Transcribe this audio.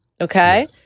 Okay